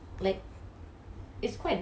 I understand what you mean